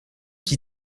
qui